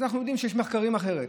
אז אנחנו יודעים שיש מחקרים אחרים.